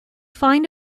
find